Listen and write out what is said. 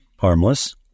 harmless